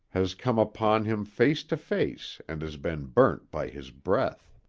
has come upon him face to face and has been burnt by his breath.